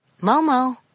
Momo